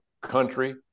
country